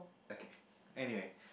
okay anyway